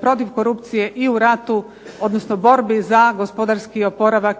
protiv korupcije i u ratu, odnosno borbi za gospodarski oporavak